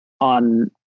on